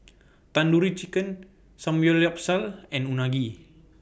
Tandoori Chicken Samgyeopsal and Unagi